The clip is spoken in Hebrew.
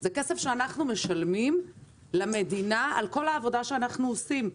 זה כסף שאנחנו משלמים למדינה על כל העבודה שאנחנו עושים.